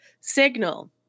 signal